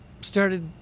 started